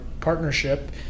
partnership